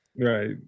right